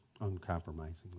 uncompromisingly